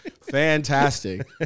fantastic